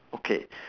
okay